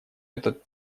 этот